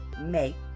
make